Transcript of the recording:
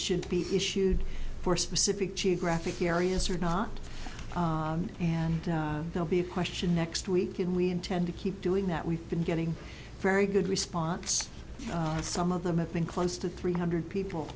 should be issued for specific geographic areas or not and they'll be a question next week and we intend to keep doing that we've been getting very good response and some of them have been close to three hundred people